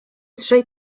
trzej